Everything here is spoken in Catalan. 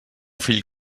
fill